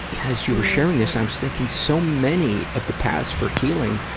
yeah as you were sharing this i was thinking, so many of the paths for healing,